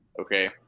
Okay